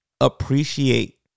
appreciate